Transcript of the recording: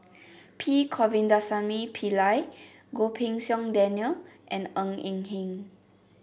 P Govindasamy Pillai Goh Pei Siong Daniel and Ng Eng Hen